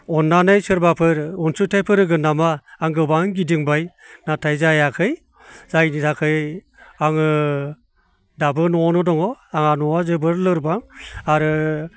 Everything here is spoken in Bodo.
अननानै सोरबाफोर अनसुंथायफोर होगोन नामा आं गोबां गिदिंबाय नाथाय जायाखै जायनि थाखाय आङो दाबो न'आवनो दङ आहा न'आ जोबोर लोरबां आरो